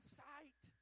sight